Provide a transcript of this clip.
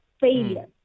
failure